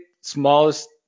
smallest